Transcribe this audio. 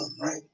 right